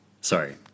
Sorry